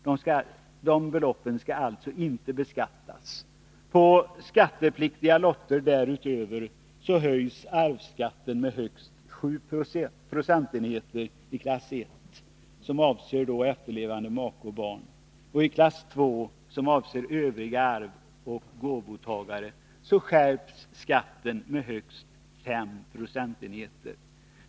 Dessa belopp skall alltså inte beskattas. På skattepliktiga lotter därutöver höjs arvsskatten med högst 7 procentenheter i klass I, som avser efterlevande make eller barn. I klass II, som avser övriga arvsoch gåvotagare, skärps skatten med högst 5 procentenheter.